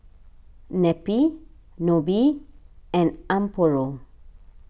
Neppie Nobie and Amparo